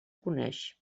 coneix